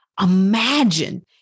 Imagine